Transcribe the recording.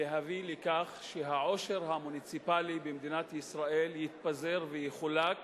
ולהביא לכך שהעושר המוניציפלי במדינת ישראל יתפזר ויחולק